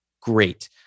Great